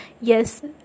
yes